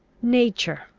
nature,